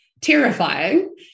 terrifying